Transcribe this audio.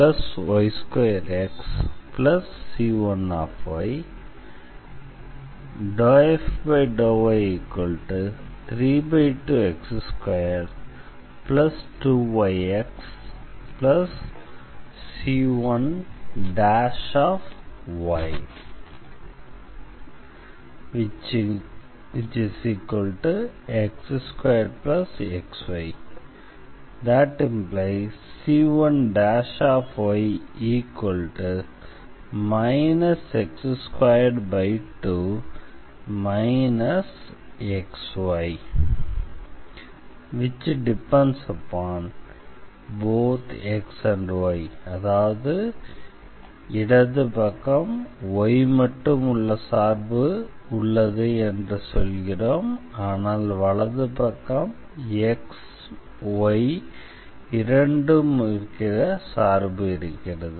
அதனால் f32x2yy2xc1 ∂f∂y32x22yxc1y x2xy c1y x22 xy⏟dependsonxy இடது பக்கம் இது y மட்டும் உள்ள சார்பு என்று சொல்கிறோம் ஆனால் வலது பக்கம் சார்பில் x ம் இருக்கிறது